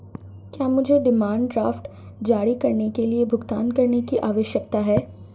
क्या मुझे demand draft जारी करने के लिए भुगतान करने की आवश्यकता है?